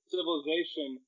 Civilization